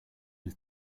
was